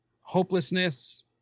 hopelessness